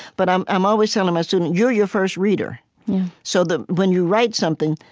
but i'm i'm always telling my students, you're your first reader so that when you write something,